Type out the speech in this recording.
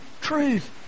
truth